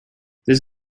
this